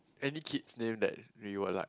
any kids near that you are like